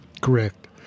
Correct